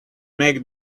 make